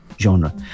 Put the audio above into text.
genre